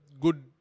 good